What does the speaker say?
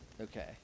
Okay